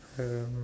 um